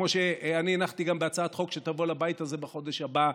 וכמו שאני גם הנחתי בהצעת חוק שתבוא לבית הזה בחודש הבא,